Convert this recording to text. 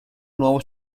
nuovo